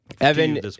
Evan